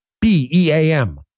B-E-A-M